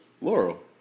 Laurel